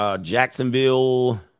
Jacksonville